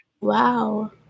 wow